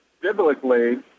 biblically